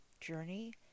Journey